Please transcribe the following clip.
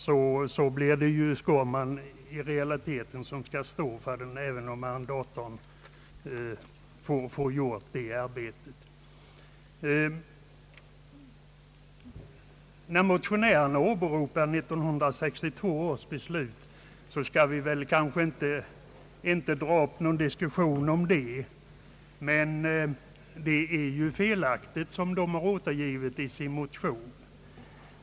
Då blir det ju i realiteten herr Skårman som står för kostnaderna, även om arrendatorn drar nytta av utförda arbeten. Motionärerna åberopar 1962 års beslut. Vi skall inte dra upp någon diskussion om detta, men det är felaktigt återgivet i motionen.